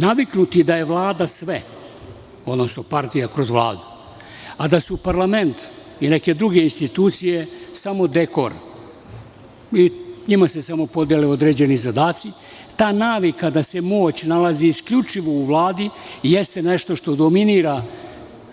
Naviknuti da je Vlada sve, odnosno partija kroz Vladu, a da su parlament i neke druge institucije samo dekor, njima se samo podele određeni zadaci, ta navika da se moć nalazi isključivo u Vladi jeste nešto što dominira